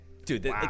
dude